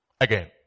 again